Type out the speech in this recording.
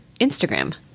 Instagram